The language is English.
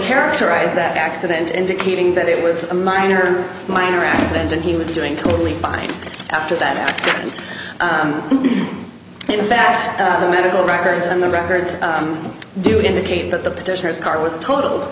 characterized the accident indicating that it was a minor minor accident and he was doing totally fine after that and in fact the medical records and the records do indicate that the petitioner's car was total